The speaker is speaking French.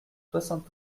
soixante